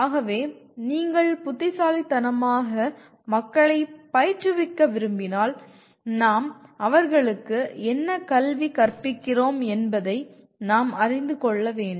ஆகவே நீங்கள் புத்திசாலித்தனமாக மக்களைப் பயிற்றுவிக்க விரும்பினால் நாம் அவர்களுக்கு என்ன கல்வி கற்பிக்கிறோம் என்பதை நாம் அறிந்து கொள்ள வேண்டும்